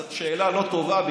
זו שאלה לא טובה,